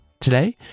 Today